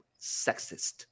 sexist